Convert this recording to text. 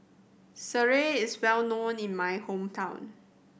sireh is well known in my hometown